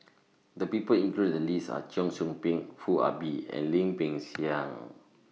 The People included in The list Are Cheong Soo Pieng Foo Ah Bee and Lim Peng Siang